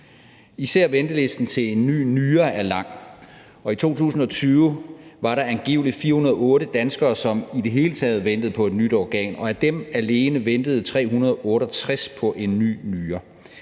Især ventelisten til en ny nyre er lang. I 2020 var der angiveligt 408 danskere, som i det hele taget ventede på et nyt organ, og af dem ventede 368 alene på en ny nyre.